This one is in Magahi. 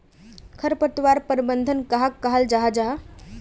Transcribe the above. खरपतवार प्रबंधन कहाक कहाल जाहा जाहा?